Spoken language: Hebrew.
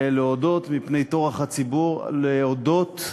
מפני טורח הציבור, להודות לך,